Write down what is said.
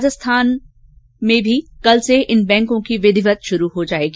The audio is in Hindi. प्रदेश में भी कल से इन बैंकों की विधिवत शुरूआत हो जाएगी